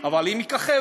אבל היא מככבת,